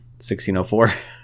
1604